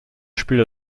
spielt